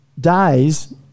dies